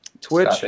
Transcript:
Twitch